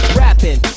rapping